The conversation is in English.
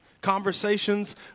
Conversations